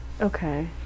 okay